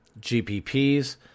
GPPs